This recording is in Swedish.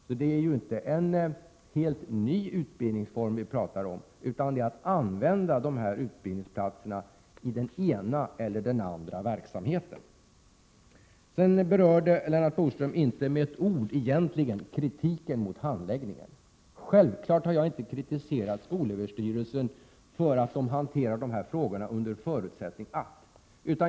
Vi talar ju inte om en helt ny utbildningsform utan om att använda utbildningsplatserna i den ena eller den andra verksamheten. Lennart Bodström berörde inte med ett ord kritiken mot handläggningen. Självfallet har jag inte kritiserat skolöverstyrelsen för att den hanterar dessa frågor ”under förutsättning att”.